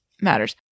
matters